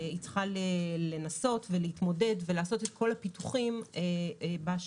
היא צריכה לנסות ולהתמודד ולעשות את כל הפיתוחים בשטח.